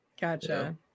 Gotcha